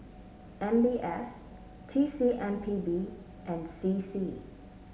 M B S T C M P B and C C